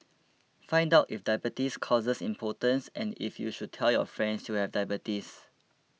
find out if diabetes causes impotence and if you should tell your friends you have diabetes